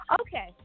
Okay